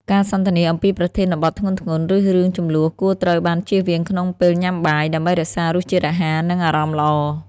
ការសន្ទនាអំពីប្រធានបទធ្ងន់ៗ ឬរឿងជម្លោះគួរត្រូវបានចៀសវាងក្នុងពេលញ៉ាំបាយ ដើម្បីរក្សារសជាតិអាហារ និងអារម្មណ៍ល្អ។